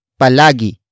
palagi